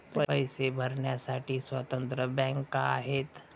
पैसे भरण्यासाठी स्वतंत्र बँका आहेत